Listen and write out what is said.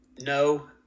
no